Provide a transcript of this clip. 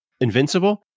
Invincible